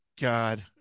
God